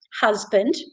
husband